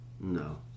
No